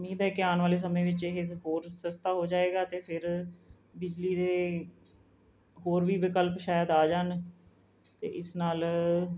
ਉਮੀਦ ਹੈ ਕਿ ਆਉਣ ਵਾਲੇ ਸਮੇਂ ਵਿੱਚ ਇਹ ਹੋਰ ਸਸਤਾ ਹੋ ਜਾਵੇਗਾ ਅਤੇ ਫਿਰ ਬਿਜਲੀ ਦੇ ਹੋਰ ਵੀ ਵਿਕਲਪ ਸ਼ਾਇਦ ਆ ਜਾਣ ਅਤੇ ਇਸ ਨਾਲ